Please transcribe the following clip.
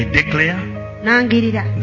declare